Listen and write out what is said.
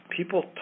People